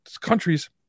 countries